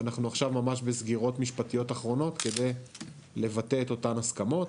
ואנחנו עכשיו ממש בסגירות משפטיות אחרונות כדי לבטא את אותן הסכמות,